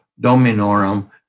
dominorum